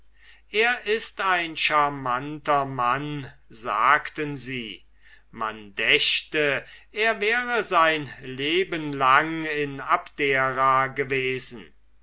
es ist ein scharmanter mann sagten sie man dächte er wäre sein leben lang in abdera gewesen